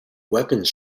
weapons